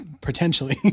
potentially